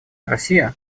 россия